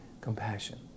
compassion